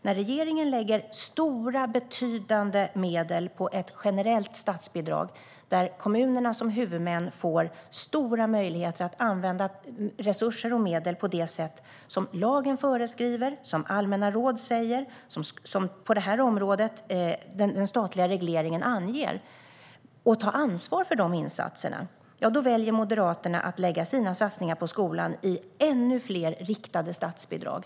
När regeringen lägger stora, betydande medel på ett generellt statsbidrag, där kommunerna som huvudmän får stora möjligheter att använda resurser och medel på det sätt som lagen föreskriver, som allmänna råd säger och den statliga regleringen anger, och tar ansvar för insatserna, då väljer Moderaterna att lägga sina satsningar på skolan i ännu fler riktade statsbidrag.